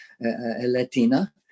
Latina